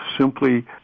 simply